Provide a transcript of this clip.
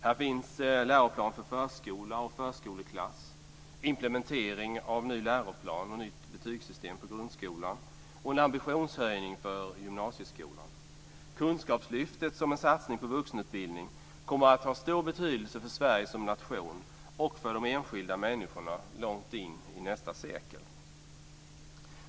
Här finns läroplan för förskola och förskoleklass, implementering av ny läroplan och nytt betygssystem för grundskolan och en ambitionshöjning för gymnasieskolan. Kunskapslyftet som en satsning på vuxenutbildning kommer att ha stor betydelse för Sverige som nation och för de enskilda människorna långt in i nästa sekel.